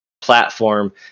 platform